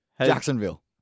Jacksonville